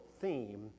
theme